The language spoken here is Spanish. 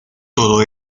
todo